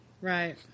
Right